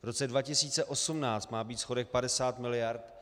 V roce 2018 má být schodek 50 mld.